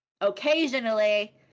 occasionally